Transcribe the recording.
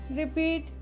repeat